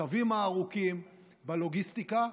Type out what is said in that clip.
בקווים הארוכים, בלוגיסטיקה.